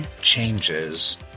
changes